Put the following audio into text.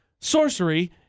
sorcery